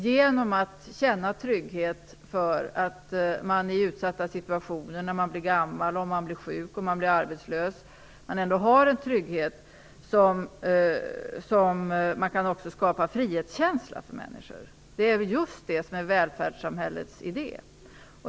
Genom att man kan känna att man i utsatta situationer - när man blir gammal, om man blir sjuk eller om man blir arbetslös - har en trygghet skapas det också en frihetskänsla för människor. Det är det som är välfärdssamhällets idé.